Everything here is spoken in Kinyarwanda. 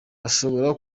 ashobora